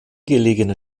gelegene